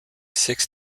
six